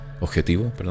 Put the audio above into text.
objetivo